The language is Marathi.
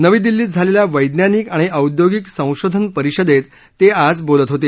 नवी दिल्लीत झालेल्या वैज्ञानिक आणि औद्योगिक संशोधन परिषदेत ते आज बोलत होते